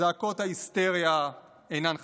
זעקות ההיסטריה אינן חדשות.